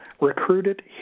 recruited